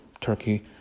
Turkey